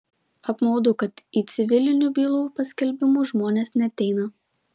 apmaudu kad į civilinių bylų paskelbimus žmonės neateina